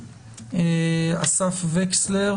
אסף וקסלר